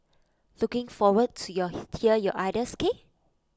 looking forward to hear your ideas